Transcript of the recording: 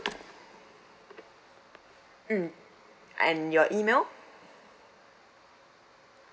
mm and you email